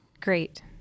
great